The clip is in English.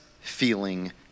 feeling